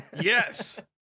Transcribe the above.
yes